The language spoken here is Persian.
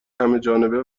همهجانبه